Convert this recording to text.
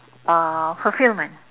uh fulfilment